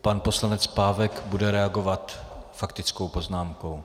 Pan poslanec Pávek bude reagovat faktickou poznámkou.